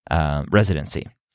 residency